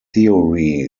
theory